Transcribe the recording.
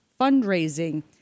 fundraising